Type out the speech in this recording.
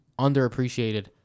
underappreciated